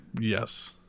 Yes